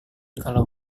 kalau